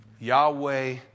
Yahweh